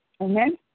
Amen